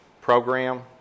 program